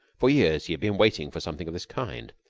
for years he had been waiting for something of this kind.